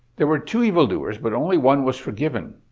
there were two evildoers, but only one was forgiven.